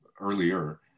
earlier